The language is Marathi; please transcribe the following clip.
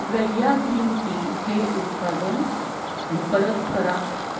गैया ग्रीन टी हे उत्पादन परत करा